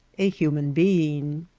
a human being.